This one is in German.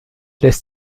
lässt